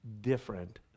different